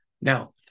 Now